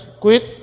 quit